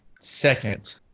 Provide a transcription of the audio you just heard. Second